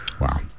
wow